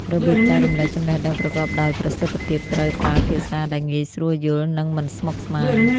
របៀបចែករំលែកចំណេះដឹងប្រកបដោយប្រសិទ្ធភាពត្រូវប្រើភាសាដែលងាយស្រួលយល់ និងមិនស្មុគស្មាញ។